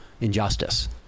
injustice